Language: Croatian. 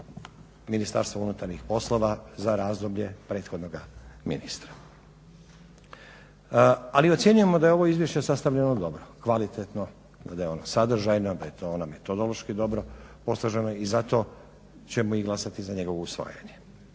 Ministarstva unutarnjih poslova za razdoblje prethodnoga ministra. Ali ocjenjujemo da je ovo izvješće sastavljeno dobro, kvalitetno, da je ono sadržajno, da je to metodološki dobro posloženo i zato ćemo i glasati za njegovo usvajanje.